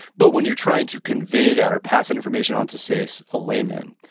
but when you're trying to convey that or pass information on to say, so a layman,